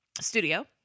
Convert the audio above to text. Studio